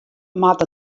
moat